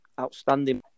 outstanding